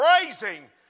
praising